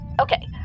okay